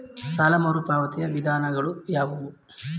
ಸಾಲ ಮರುಪಾವತಿಯ ವಿಧಾನಗಳು ಯಾವುವು?